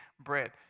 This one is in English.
bread